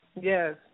yes